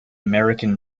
american